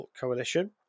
Coalition